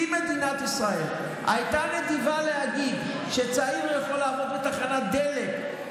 אם מדינת ישראל הייתה נדיבה להגיד שצעיר יכול לעבוד בתחנת דלק,